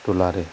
ᱴᱚᱞᱟ ᱨᱮ